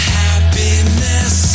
happiness